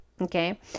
Okay